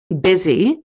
busy